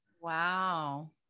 Wow